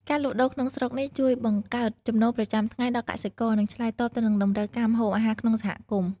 ការលក់ដូរក្នុងស្រុកនេះជួយបង្កើតចំណូលប្រចាំថ្ងៃដល់កសិករ និងឆ្លើយតបទៅនឹងតម្រូវការម្ហូបអាហារក្នុងសហគមន៍។